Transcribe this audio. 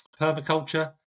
permaculture